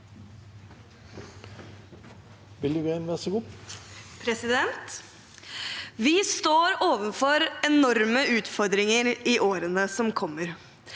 Vi står overfor enorme utfordringer i årene som kommer.